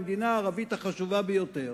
המדינה הערבית החשובה ביותר,